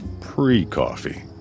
pre-coffee